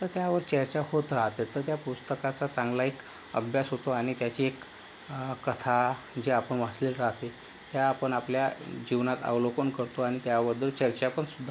तर त्यावर चर्चा होत राहतात तर त्या पुस्तकाचा चांगला एक अभ्यास होतो आणि त्याची एक कथा जी आपण वाचलेली राहते त्या आपण आपल्या जीवनात अवलोकन करतो आणि त्याबद्दल चर्चा पण सुद्धा